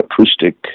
acoustic